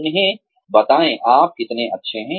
उन्हें बताएं आप कितने अच्छे हैं